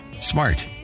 smart